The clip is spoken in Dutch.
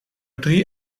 drie